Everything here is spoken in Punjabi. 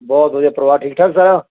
ਬਹੁਤ ਵਧੀਆ ਪਰਿਵਾਰ ਠੀਕ ਠਾਕ ਸਾਰਾ